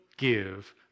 give